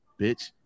bitch